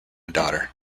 daughter